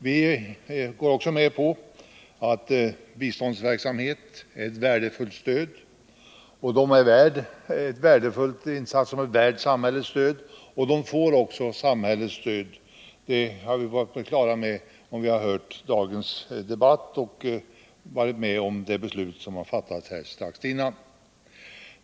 Vi går också med på att biståndsverksamhet är värdefull och att sådana insatser är värda samhällets stöd. De får också samhällets stöd — det har vi blivit på det klara med, om vi har hört dagens debatt och varit med om det beslut som fattades här strax innan detta ärende började behandlas.